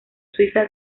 suiza